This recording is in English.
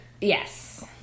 Yes